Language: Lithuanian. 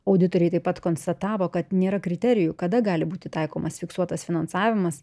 auditoriai taip pat konstatavo kad nėra kriterijų kada gali būti taikomas fiksuotas finansavimas